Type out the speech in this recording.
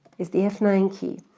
it's the f nine key.